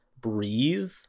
breathe